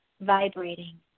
vibrating